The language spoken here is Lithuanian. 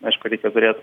aišku reikia turėt